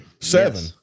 seven